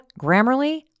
Grammarly